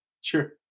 Sure